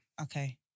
Okay